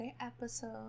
Episode